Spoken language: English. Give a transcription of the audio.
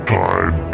time